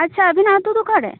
ᱟᱪᱪᱷᱟ ᱟᱹᱵᱤᱱᱟᱜ ᱟᱹᱛᱩ ᱫᱚ ᱚᱠᱟᱨᱮ